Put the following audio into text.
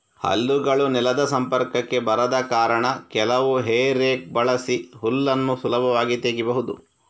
ಹಲ್ಲುಗಳು ನೆಲದ ಸಂಪರ್ಕಕ್ಕೆ ಬರದ ಕಾರಣ ಕೆಲವು ಹೇ ರೇಕ್ ಬಳಸಿ ಹುಲ್ಲನ್ನ ಸುಲಭವಾಗಿ ತೆಗೀಬಹುದು